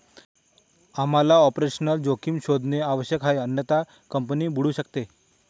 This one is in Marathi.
आम्हाला ऑपरेशनल जोखीम शोधणे आवश्यक आहे अन्यथा कंपनी बुडू शकते